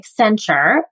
Accenture